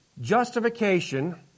Justification